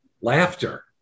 laughter